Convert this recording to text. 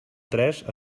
tres